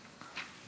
בסדר.